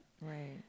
right